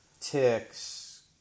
ticks